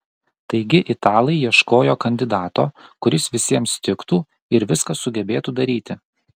taigi italai ieškojo kandidato kuris visiems tiktų ir viską sugebėtų daryti